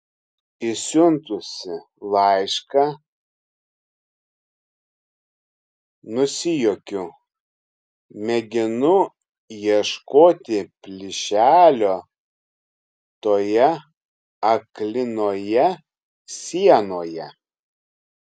išsiuntusi laišką nusijuokiu mėginu ieškoti plyšelio toje aklinoje sienoje